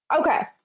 Okay